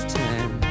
time